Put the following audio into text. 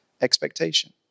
expectation